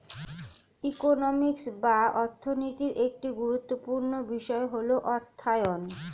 economics বা অর্থনীতির একটি গুরুত্বপূর্ণ বিষয় হল অর্থায়ন